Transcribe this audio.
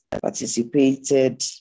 participated